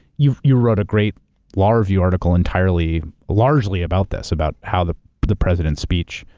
you you wrote a great law review article entirely, largely about this, about how the the president's speech,